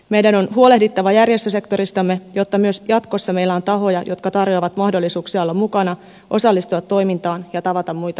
meidän on huolehdittava järjestösektoristamme jotta myös jatkossa meillä on tahoja jotka tarjoavat mahdollisuuksia olla mukana osallistua toimintaan ja tavata muita ihmisiä